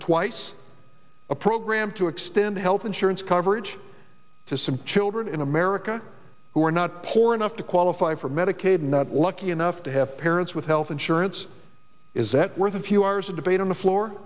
twice a program to extend health insurance coverage to some children in america who are not poor enough to qualify for medicaid not lucky enough to have parents with health insurance is that worth a few hours of debate on the floor